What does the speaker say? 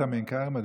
מה שסיפרת בעין כרם,